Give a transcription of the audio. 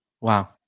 Wow